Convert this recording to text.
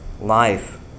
life